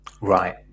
Right